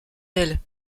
elle